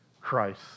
Christ